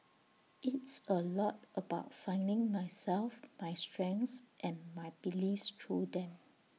it's A lot about finding myself my strengths and my beliefs through them